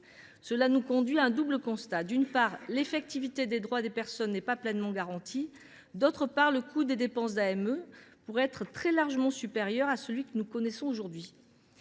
Cela nous conduit à un double constat : d’une part, l’effectivité des droits des personnes n’est pas pleinement garantie ; d’autre part, le coût des dépenses d’AME pourrait être très largement supérieur à celui que nous connaissons aujourd’hui.